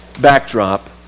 backdrop